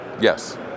Yes